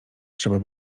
trzeba